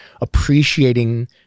appreciating